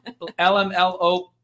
LMLO